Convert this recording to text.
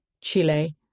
Chile